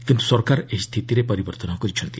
କିନ୍ତୁ ସରକାର ଏହି ସ୍ଥିତିରେ ପରିବର୍ତ୍ତନ କରିଛନ୍ତି